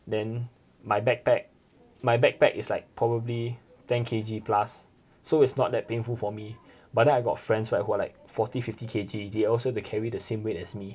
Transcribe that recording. then my backpack my backpack is like probably ten K_G plus so it's not that painful for me but then I got friends right who are like forty fifty K_G they also need to carry the same weight as me